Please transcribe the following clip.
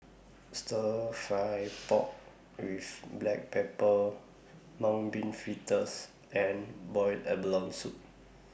Stir Fry Pork with Black Pepper Mung Bean Fritters and boiled abalone Soup